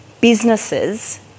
businesses